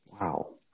Wow